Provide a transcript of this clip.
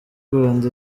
rwanda